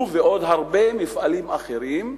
אותו ועוד הרבה מפעלים אחרים,